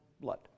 blood